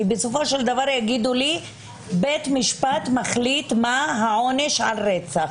בסופו של דבר יגידו לי שבית משפט מחליט מה העונש על רצח,